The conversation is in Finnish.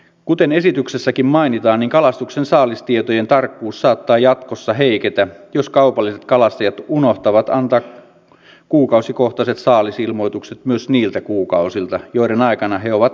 kuten esityksessäkin mainitaan kalastuksen saalistietojen tarkkuus saattaa jatkossa heiketä jos kaupalliset kalastajat unohtavat antaa kuukausikohtaiset saalisilmoitukset myös niiltä kuukausilta joiden aikana he ovat kalastaneet